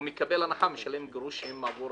מי שיש לו תג מקבל הנחה ומשלם גרושים עבור